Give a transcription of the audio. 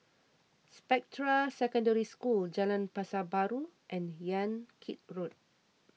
Spectra Secondary School Jalan Pasar Baru and Yan Kit Road